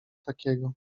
takiego